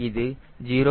இது 0